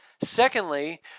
Secondly